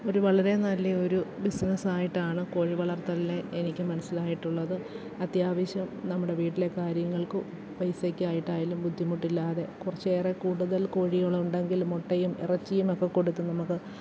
ഒരു വളരെ നല്ലയൊരു ബിസിനസായിട്ടാണ് കോഴി വളർത്തലിനെ എനിക്ക് മനസിലായിട്ടുള്ളത് അത്യാവശ്യം നമ്മുടെ വീട്ടിലെ കാര്യങ്ങൾക്കു പൈസക്കായിട്ടായാലും ബുദ്ധിമുട്ടില്ലാതെ കുറച്ചേറെ കൂടുതൽ കോഴികളുണ്ടെങ്കിൽ മുട്ടയും ഇറച്ചിയുമൊക്കെ കൊടുത്ത് നമുക്ക്